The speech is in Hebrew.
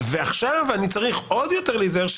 ועכשיו אני צריך עוד יותר להיזהר.